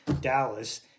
Dallas